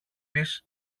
της